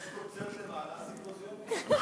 יש קונצרט למעלה וסימפוזיון פה.